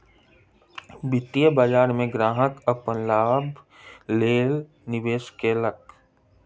वित्तीय बाजार में ग्राहक अपन लाभक लेल निवेश केलक